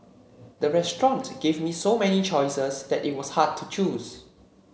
the restaurant gave me so many choices that it was hard to choose